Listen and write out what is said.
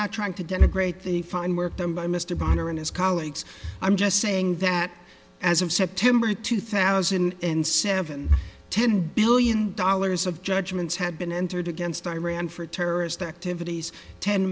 not trying to denigrate the fine work then by mr boehner and his colleagues i'm just saying that as of september two thousand and seven ten billion dollars of judgments had been entered against iran for terrorist activities ten